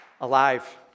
Alive